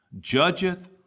judgeth